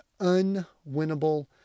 unwinnable